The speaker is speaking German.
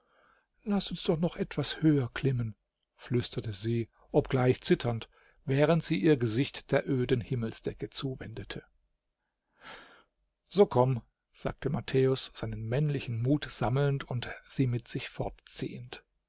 laß uns noch etwas höher klimmen flüsterte sie obgleich zitternd während sie ihr gesicht der öden himmelsdecke zuwendete so komm sagte matthäus seinen männlichen mut sammelnd und sie mit sich fortziehend